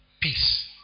peace